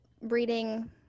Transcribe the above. reading